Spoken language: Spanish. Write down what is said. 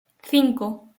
cinco